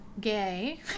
gay